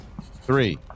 three